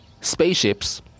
spaceships